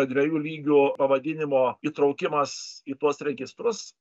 dviejų lygių pavadinimo įtraukimas į tuos registrus